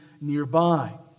nearby